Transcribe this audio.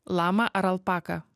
lama ar alpaka